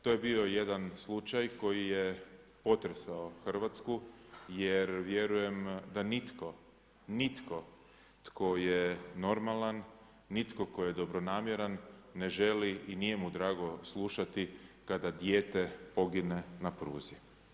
To je bio jedan slučaj koji je potresao Hrvatsku, jer vjerujem da nitko tko je normalan, nitko tko je dobronamjeran, ne želi i nije mu drago slušati kada dijete pogine na pruzi.